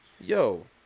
Yo